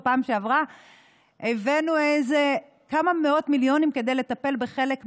בפעם שעברה הבאנו כמה מאות מיליונים כדי לטפל בחלק מזה,